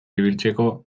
ibiltzeko